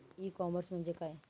E commerce म्हणजे काय?